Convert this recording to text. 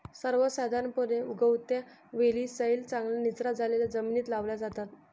सर्वसाधारणपणे, उगवत्या वेली सैल, चांगल्या निचरा झालेल्या जमिनीत लावल्या जातात